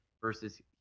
versus